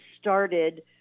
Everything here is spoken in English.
started